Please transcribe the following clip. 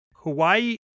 Hawaii